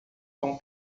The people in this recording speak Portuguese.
tão